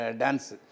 dance